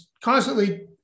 constantly